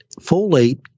folate